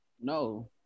No